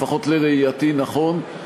לפחות לראייתי, נכון.